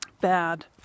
bad